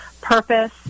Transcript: purpose